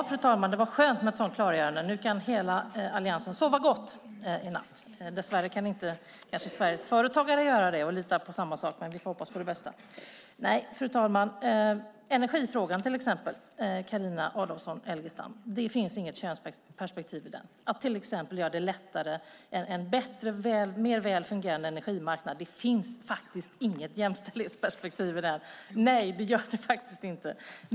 Fru talman! Det var skönt med ett sådant klargörande. Nu kan hela Alliansen sova gott i natt. Dess värre kan kanske inte Sveriges företagare göra det och lita på samma sak, men vi får hoppas på det bästa. I energifrågan till exempel, Carina Adolfsson Elgestam, finns det inget könsperspektiv. Att göra det lättare och få en bättre, mer väl fungerande energimarknad finns det faktiskt inget jämställdhetsperspektiv i. Nej, det gör det faktiskt inte.